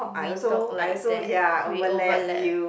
we talk like that we overlapped